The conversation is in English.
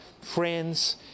friends